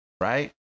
right